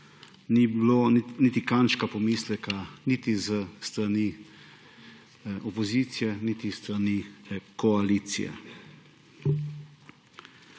ni bilo niti kančka pomisleka niti s strani opozicije niti s strani koalicije.